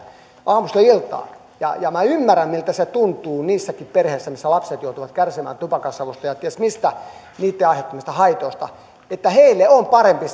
aamusta iltaan miltä se tuntuu niissäkin perheissä missä lapset joutuvat kärsimään tupakansavusta ja ties mistä sen aiheuttamista haitoista heille on parempi